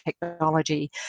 technology